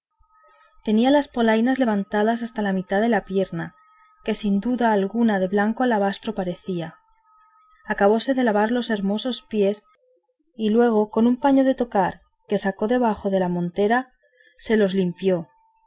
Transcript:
tenía las polainas levantadas hasta la mitad de la pierna que sin duda alguna de blanco alabastro parecía acabóse de lavar los hermosos pies y luego con un paño de tocar que sacó debajo de la montera se los limpió